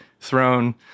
thrown